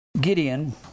Gideon